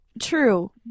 true